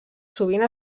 sovint